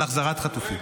על החזרת חטופים.